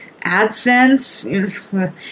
AdSense